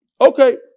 Okay